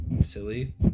silly